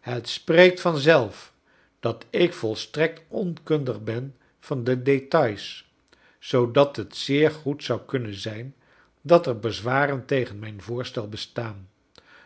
het spreekt van zelf dat ik volstrekt onkundig ben van de details zoodat het zeer goed zou kunnen zijn dat er bezwaren tegen mijn voorstel best aan